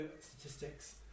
statistics